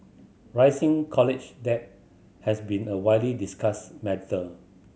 rising college debt has been a widely discussed matter